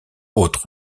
autres